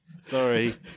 Sorry